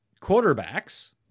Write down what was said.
Quarterbacks